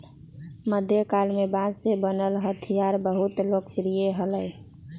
मध्यकाल में बांस से बनल हथियार बहुत लोकप्रिय हलय